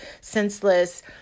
senseless